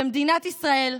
במדינת ישראל,